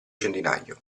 centinaio